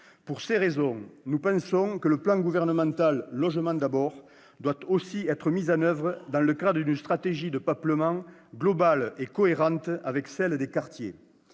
Pour ces raisons, nous pensons que le plan gouvernemental Logement d'abord doit aussi être mis en oeuvre dans le cadre d'une stratégie de peuplement globale et cohérente avec celle des quartiers.